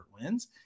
wins